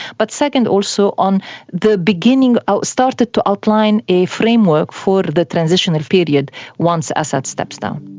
but second also on the beginning, ah started to outline a framework for the transitional period once assad steps down.